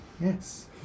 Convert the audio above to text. Yes